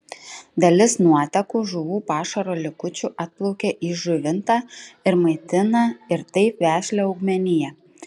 dalis nuotekų žuvų pašaro likučių atplaukia į žuvintą ir maitina ir taip vešlią augmeniją